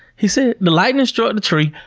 he said the lightning struck the tree.